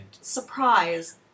surprise